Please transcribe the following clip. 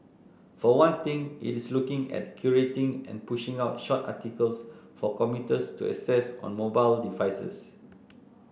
for one thing it is looking at curating and pushing out short articles for commuters to access on mobile devices